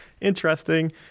interesting